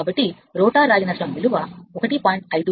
కాబట్టి రోటర్ రాగి నష్టం మనం 1